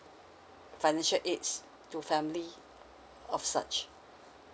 financial aids to family of such